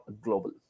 Global